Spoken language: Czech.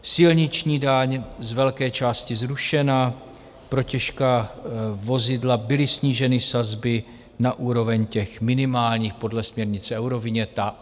Silniční daň z velké části zrušena, pro těžká vozidla byly sníženy sazby na úroveň těch minimálních podle směrnice Euroviněta.